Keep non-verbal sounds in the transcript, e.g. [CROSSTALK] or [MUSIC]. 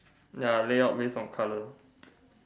[NOISE] ya lay out based on color [NOISE]